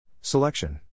Selection